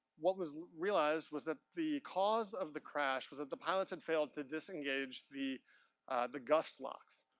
what was realized was that the cause of the crash was that the pilots had failed to disengage the the gust locks.